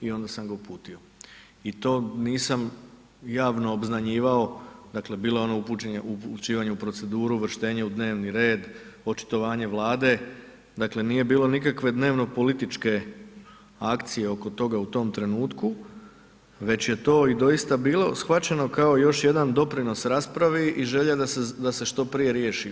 I onda sam ga uputio i to nisam javno obznanjivao, dakle bilo je ono upućivanjem u proceduru, uvrštenje u dnevni red, očitovanje Vlade, dakle nije bilo nikakve dnevno-političke akcije oko toga u tom trenutku već je to i doista bilo shvaćeno kao još jedan doprinos raspravi i želja da se što prije riješi.